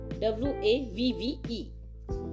W-A-V-V-E